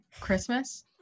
Christmas